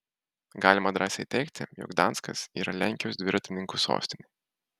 galima drąsiai teigti jog gdanskas yra lenkijos dviratininkų sostinė